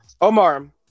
omar